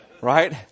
Right